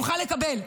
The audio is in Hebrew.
יוכל לקבל.